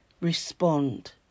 respond